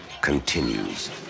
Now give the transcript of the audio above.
continues